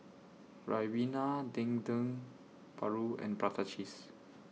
Ribena Dendeng Paru and Prata Cheese